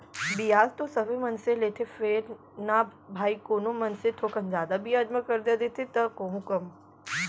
बियाज तो सबे मनसे लेथें फेर न भाई कोनो मनसे थोकन जादा बियाज म करजा देथे त कोहूँ कम